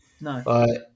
No